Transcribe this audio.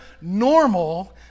normal